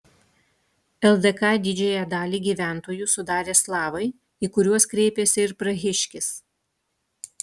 ldk didžiąją dalį gyventojų sudarė slavai į kuriuos kreipėsi ir prahiškis